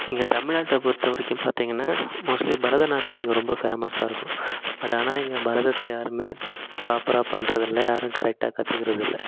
எங்கள் தமிழ்நாட்டை பொருத்தவரைக்கும் பார்த்திங்கன்னா மோஸ்ட்லி பரதநாட்டியம் இங்கே ரொம்ப ஃபேமஸாக இருக்கும் பட் ஆனால் இங்கே பரதத்தை யாருமே ப்ராப்பராக பண்றதில்லை யாரும் கரெக்டாக கற்றுக்கிறது இல்லை